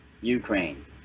Ukraine